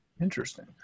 Interesting